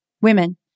women